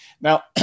Now